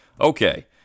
Okay